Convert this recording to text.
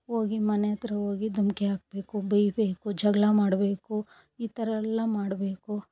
ಹೋಗಿ ಮನೆ ಹತ್ರ ಹೋಗಿ ದಮ್ಕಿ ಹಾಕ್ಬೇಕು ಬೈಬೇಕು ಜಗಳ ಮಾಡಬೇಕು ಈ ಥರ ಎಲ್ಲ ಮಾಡಬೇಕು